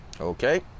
Okay